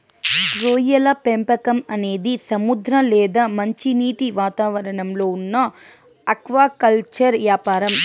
రొయ్యల పెంపకం అనేది సముద్ర లేదా మంచినీటి వాతావరణంలో ఉన్న ఆక్వాకల్చర్ యాపారం